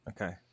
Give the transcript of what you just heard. Okay